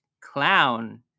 clown